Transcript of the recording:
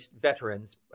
veterans